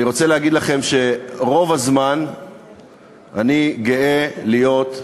אני רוצה להגיד לכם שרוב הזמן אני גאה להיות,